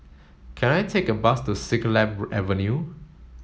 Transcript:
can I take a bus to Siglap Avenue